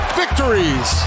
victories